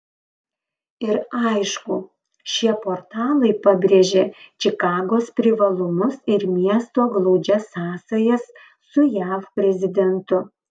ir aišku šie portalai pabrėžia čikagos privalumus ir miesto glaudžias sąsajas su jav prezidentu